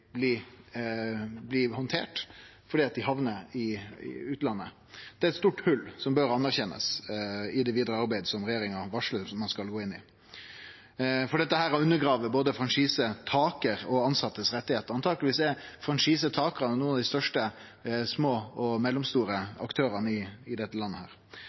er eit stort hol som bør anerkjennast i det vidare arbeidet som regjeringa varslar at ein skal gå inn i, for dette undergrev både franchisetakar og tilsettes rettar. Truleg utgjer franchisetakarane dei fleste av dei små og mellomstore aktørane i dette landet.